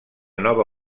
nova